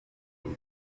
with